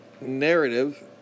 narrative